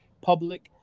public